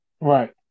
Right